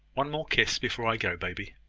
one more kiss before i go, baby.